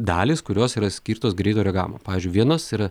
dalys kurios yra skirtos greito reagavimo pavyzdžiui vienos yra